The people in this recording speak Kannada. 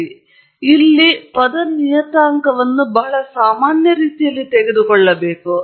ಆದ್ದರಿಂದ ಇಲ್ಲಿ ಪದ ನಿಯತಾಂಕವನ್ನು ಬಹಳ ಸಾಮಾನ್ಯ ರೀತಿಯಲ್ಲಿ ತೆಗೆದುಕೊಳ್ಳಬೇಕು